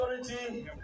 Authority